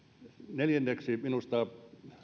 neljänneksi minusta